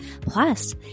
plus